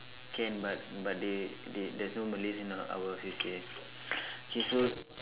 can but but they they there's no Malays in our our C_C_A K so